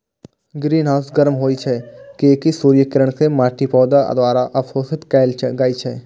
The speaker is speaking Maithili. ग्रीनहाउस गर्म होइ छै, कियैकि सूर्यक किरण कें माटि, पौधा द्वारा अवशोषित कैल जाइ छै